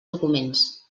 documents